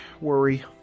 worry